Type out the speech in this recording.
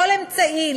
בכל אמצעי,